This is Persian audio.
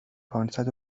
پانصد